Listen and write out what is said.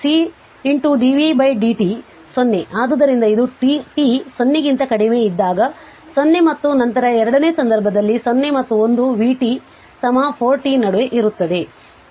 ಆದ್ದರಿಂದ ಇದು t 0 ಕ್ಕಿಂತ ಕಡಿಮೆ ಇದ್ದಾಗ 0 ಮತ್ತು ನಂತರ ಎರಡನೇ ಸಂದರ್ಭದಲ್ಲಿ 0 ಮತ್ತು 1 vt 4 t ನಡುವೆ ಇರುತ್ತದೆ